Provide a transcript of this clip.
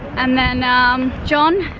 and then um john,